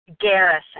Garrison